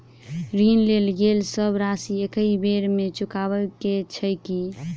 ऋण लेल गेल सब राशि एकहि बेर मे चुकाबऽ केँ छै की?